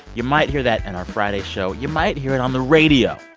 you might hear that in our friday show. you might hear it on the radio.